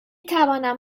توانم